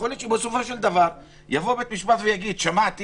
יכול להיות שבסופו של דבר הוא יגיד שאין לו סמכות.